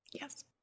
yes